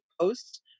post